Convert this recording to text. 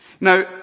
Now